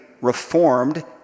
reformed